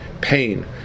pain